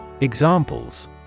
Examples